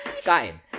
kain